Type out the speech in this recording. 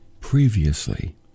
previously